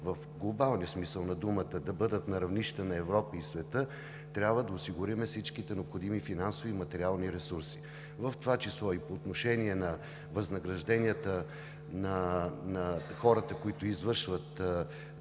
в глобалния смисъл на думата, да бъдат на равнището на Европа и на света, трябва да осигурим всичките необходими финансови и материални ресурси, в това число и по отношение на възнагражденията на хората, които извършват